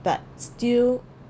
but still